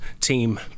team